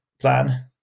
plan